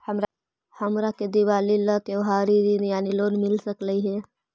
हमरा के दिवाली ला त्योहारी ऋण यानी लोन मिल सकली हे?